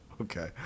okay